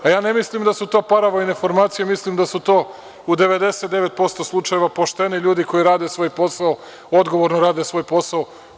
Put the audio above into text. A ja ne mislim da su to paravnojne formacije, mislim da su to u 99% slučajeva pošteni ljudi koji rade svoj posao, odgovorno rade svoj posao.